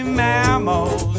mammals